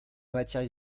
matière